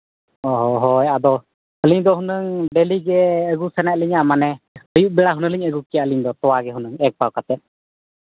ᱚᱻ ᱦᱳᱭ ᱟᱫᱚ ᱟᱹᱞᱤᱧ ᱫᱚ ᱦᱩᱱᱟᱹᱝ ᱰᱮᱞᱤ ᱜᱮ ᱟᱹᱜᱩ ᱥᱟᱱᱟᱭᱮᱫ ᱞᱤᱧᱟᱹ ᱢᱟᱱᱮ ᱟᱹᱭᱩᱵ ᱵᱮᱲᱟ ᱦᱩᱱᱟᱹᱜ ᱞᱤᱧ ᱟᱹᱜᱩ ᱠᱮᱭᱟ ᱟᱹᱞᱤᱧ ᱫᱚ ᱛᱳᱣᱟ ᱜᱮ ᱦᱩᱱᱟᱹᱜ ᱮᱹᱠ ᱯᱟᱣᱟ ᱠᱟᱛᱮ